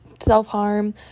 self-harm